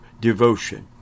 Devotion